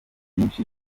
vyinshi